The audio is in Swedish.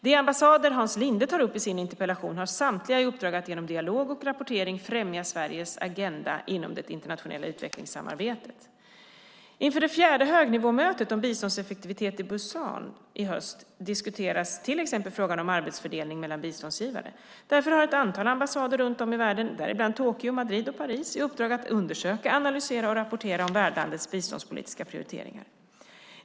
De ambassader Hans Linde tar upp i sin interpellation har samtliga i uppdrag att genom dialog och rapportering främja Sveriges agenda inom det internationella utvecklingssamarbetet. Inför det fjärde högnivåmötet om biståndseffektivitet i Pusan i höst diskuteras till exempel frågan om arbetsfördelning mellan biståndsgivare. Därför har ett antal ambassader runt om i världen, däribland Tokyo, Madrid och Paris, i uppdrag att undersöka, analysera och rapportera om värdlandets biståndspolitiska prioriteringar.